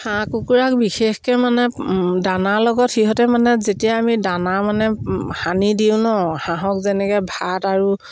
হাঁহ কুকুৰাক বিশেষকৈ মানে দানাৰ লগত সিহঁতে মানে যেতিয়া আমি দানা মানে সানি দিওঁ ন হাঁহক যেনেকৈ ভাত আৰু